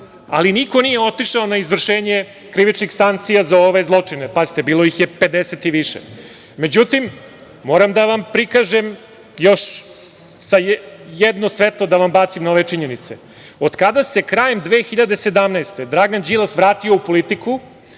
ali niko nije otišao na izvršenje krivičnih sankcija za ove zločine. Pazite, bilo ih je 50 i više, međutim, moram da vam prikažem i još jedno svetlo da vam bacim na ove činjenice. Od kada se krajem 2017. godine Dragan Đilas vratio u politiku,